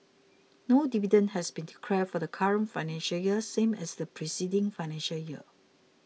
no dividend has been declared for the current financial year same as the preceding financial year